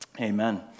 Amen